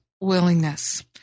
willingness